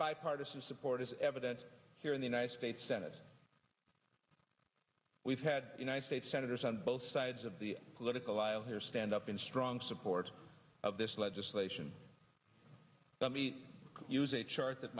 bipartisan support is evident here in the united states senate we've had united states senators on both sides of the political aisle here stand up in strong support of this legislation let me use a chart that